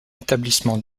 établissement